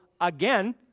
again